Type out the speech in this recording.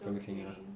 like 不用紧 lah